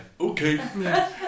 okay